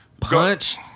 Punch